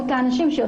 האנשים,